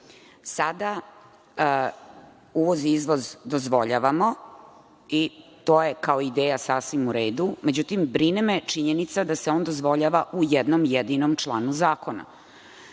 Sada uvoz i izvoz dozvoljavamo i to je kao ideja sasvim u redu. Međutim, brine me činjenica da se on dozvoljava u jednom jedinom članu zakona.